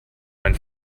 mein